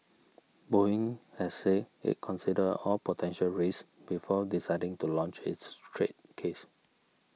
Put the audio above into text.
Boeing has said it considered all potential risks before deciding to launch its trade case